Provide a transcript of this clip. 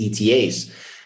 ETAs